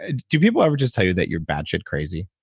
do people ever just tell you that you're batshit crazy?